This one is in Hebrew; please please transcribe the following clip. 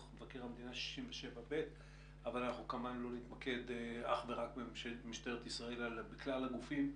מבקר המדינה 67ב. כמובן שלא נתמקד אך ורק במשטרת ישראל אלא בכלל הגופים.